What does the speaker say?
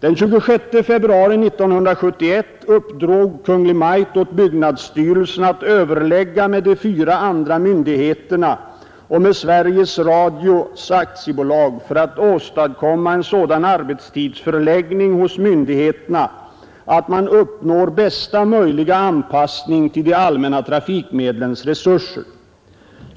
Den 26 februari 1971 uppdrog Kungl. Maj:t åt byggnadsstyrelsen att överlägga med de fyra andra myndigheterna och med Sveriges Radio AB för att åstadkomma en sådan arbetstidsförläggning hos myndigheterna att man uppnår bästa möjliga anpassning till de allmänna trafikmedlens resurser.